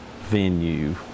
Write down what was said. venue